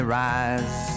rise